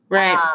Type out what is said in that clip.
right